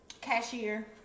cashier